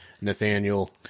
Nathaniel